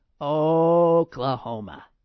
Oklahoma